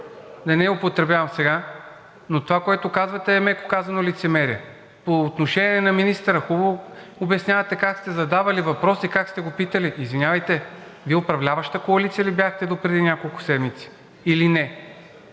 да не я употребявам сега, но това, което казвате, е, меко казано, лицемерие. По отношение на министъра, хубаво обяснявате как сте задавали въпросите и как сте го питали. Извинявайте, Вие управляваща коалиция ли бяхте допреди няколко седмици или не?